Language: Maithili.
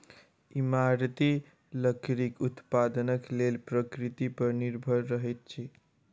इमारती लकड़ीक उत्पादनक लेल प्रकृति पर निर्भर रहैत छी